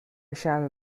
shall